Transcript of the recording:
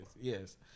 Yes